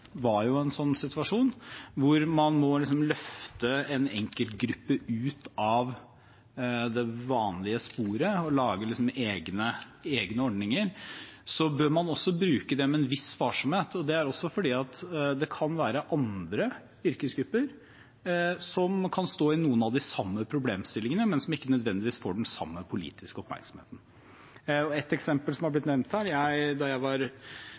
var jo i en sånn situasjon – hvor man må løfte en enkeltgruppe ut av det vanlige sporet og lage egne ordninger, så bør man bruke det med en viss varsomhet. Det er fordi det også kan være andre yrkesgrupper som kan stå i noen av de samme problemstillingene, men som ikke nødvendigvis får den samme politiske oppmerksomheten. Da jeg var nyvalgt stortingsrepresentant fra Telemark, møtte jeg